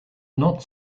not